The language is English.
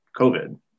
COVID